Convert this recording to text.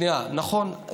נכון.